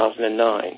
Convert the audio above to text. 2009